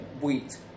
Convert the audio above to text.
wheat